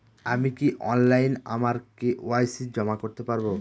আমি কি অনলাইন আমার কে.ওয়াই.সি জমা করতে পারব?